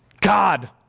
God